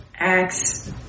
Acts